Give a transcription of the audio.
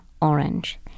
orange